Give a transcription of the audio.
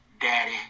Daddy